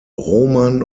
roman